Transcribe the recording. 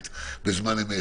בזמן אמת.